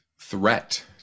threat